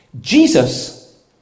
Jesus